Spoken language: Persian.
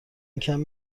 کمی